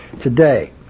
today